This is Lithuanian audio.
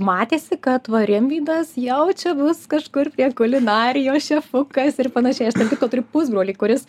matėsi kad va rimvydas jau čia bus kažkur prie kulinarijos šefukas ir panašiai aš tarp kitko turiu pusbrolį kuris